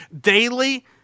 daily